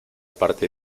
parte